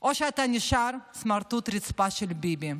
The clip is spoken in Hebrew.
או שאתה נשאר סמרטוט רצפה של ביבים.